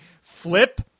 flip